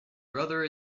brother